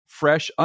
fresh